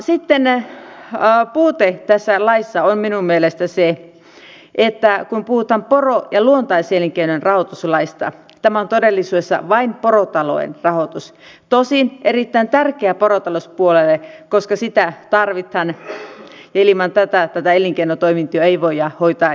sitten puute tässä laissa on minun mielestäni se että kun puhutaan poro ja luontaiselinkeinon rahoituslaista tämä on todellisuudessa vain porotalouden rahoitus tosin erittäin tärkeä porotalouspuolelle koska sitä tarvitaan ja ilman tätä elinkeinotoimintoja ei voida hoitaa järkevästi eteenpäin